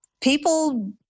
people